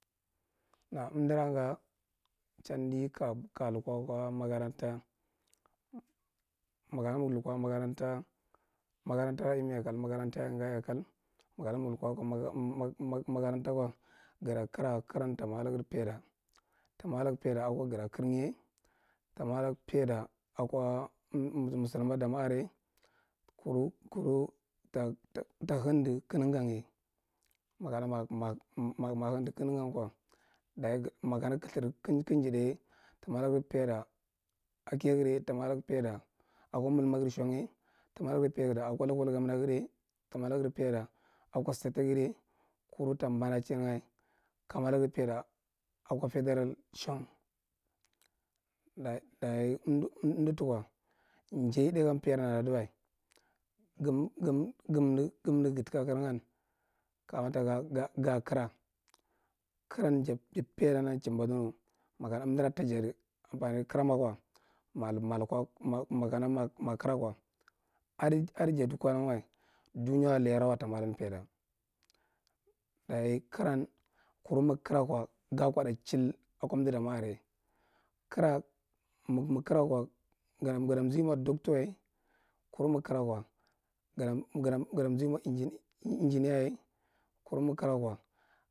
A, amdara nga chandi ka- ka lukwa akwa makaranta makarana makarana, makaranti imi kal, makarant ra nga ye kal, makana mig lukwa akwa mag- mag- mag- aranta kwa, gada kara, karan ta mwa lagar paida aka gara kaing ye, ta mwa lag parida aka gara karngd ye, ba mwa lag pauda akwa am- amza amzaram damwa afe ye, kun t- tahanda kanangan ye, makana mag- mag mag handj kanagan kwa, dayi mag- makara kalthir kig ta nadai ye, ta mwa lagar pauda akiyagar ye, ta mwa lagar paida, akwa malmagar shang ye ta mwa lagar paida, akwa local gommannagar ye ta mwalagar, akwa state tagar ye kunu ta mbanachinga. Ka mwa lagar paida akwa fedral shang. Dayi dayi amdo amda tukwa njai dayan paidan ada aduwa, ganda ganda gamda gambo gatoka karnga kargan kamata ga- gakara, karan paidan chaimba duni. Mamdara ta jadi ampani karamakwa, maīmal kwa, makana ma- ma kara kwa, adi ja dukkwalangwa dunya lairawa ta mwa lan paida. Dayi karan, kuru mig kara kwa, ga kwaɗa chil aka amda damwa are ye. Kara mig- mig kara kwa, gada mzi mwa docta ye, kunu mig kara kwa gada gada gada mzi’ mwa inji injiniya ye, kuru mig- kara kwa…